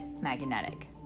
magnetic